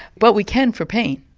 but we can for pain.